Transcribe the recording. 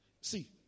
See